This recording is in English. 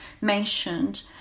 mentioned